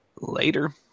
Later